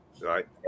right